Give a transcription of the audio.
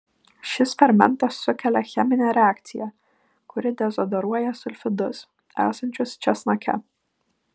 šis fermentas sukelia cheminę reakciją kuri dezodoruoja sulfidus esančius česnake